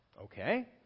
Okay